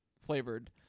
flavored